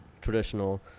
Traditional